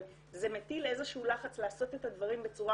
אבל זה מטיל איזשהו לחץ לעשות את הדברים בצורה